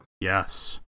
Yes